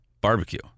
barbecue